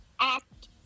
act